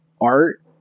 art